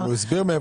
הוא הסביר.